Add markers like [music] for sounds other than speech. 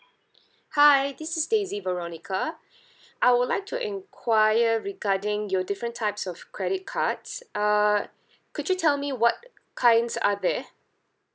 hi this is daisy veronica [breath] I would like to enquire regarding your different types of credit cards uh could you tell me what kinds are there